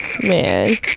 Man